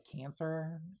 cancer